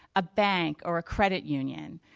a bank or a credit union.